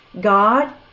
God